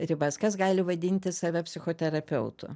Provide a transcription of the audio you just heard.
ribas kas gali vadinti save psichoterapeutu